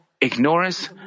ignorance